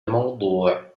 الموضوع